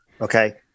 Okay